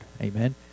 Amen